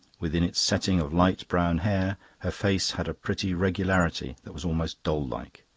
within its setting of light brown hair her face had a pretty regularity that was almost doll-like.